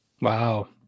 Wow